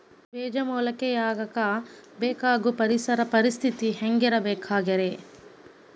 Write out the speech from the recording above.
ಬೇಜ ಮೊಳಕೆಯಾಗಕ ಬೇಕಾಗೋ ಪರಿಸರ ಪರಿಸ್ಥಿತಿ ಹ್ಯಾಂಗಿರಬೇಕರೇ?